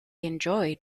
enjoyed